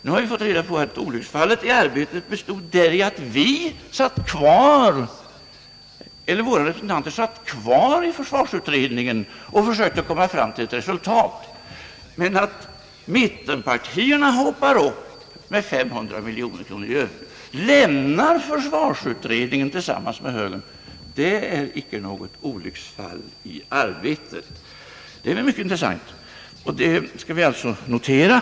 Nu har vi fått reda på att olycksfallet i arbetet bestod däri att våra representanter satt kvar i försvarsutredningen och försökte komma fram till ett resultat. Men att mittenpartierna höjer med 500 miljoner och lämnar = försvarsutredningen = tillsammans med högern, det är inget olycksfall i arbetet. Detta är mycket intressant, och det skall vi alltså notera.